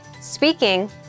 speaking